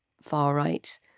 far-right